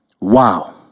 Wow